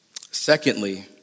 Secondly